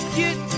get